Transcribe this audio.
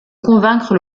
convaincre